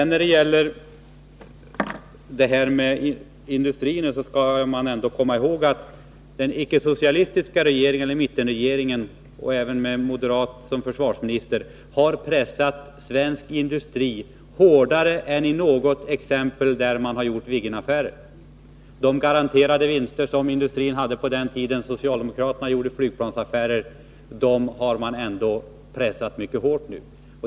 När det gäller industrin skall man komma ihåg att icke-socialistiska regeringar — såväl mittenregeringar som regeringar med en moderat försvarsminister — har pressat svensk industri hårdare än vad som gjordes beträffande Viggenaffären. De garanterade vinster som industrin hade under den tid socialdemokraterna gjorde flygplansaffärer har ändå pressats mycket hårt nu.